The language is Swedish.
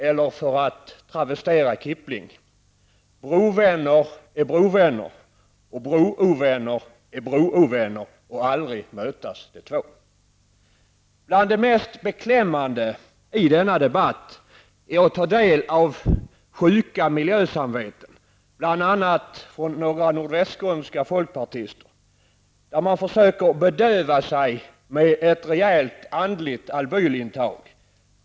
Eller för att travestera Kippling: Brovänner är brovänner och broovänner är broovänner, och aldrig mötas de två. Bland det mest beklämmande i denna debatt är att ta del av sjuka miljösamveten, bl.a. från några nordvästskånska folkpartister. Man försöker bedöva sig med ett rejält andligt albylintag.